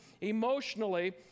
emotionally